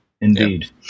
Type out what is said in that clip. Indeed